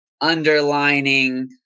underlining